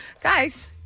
Guys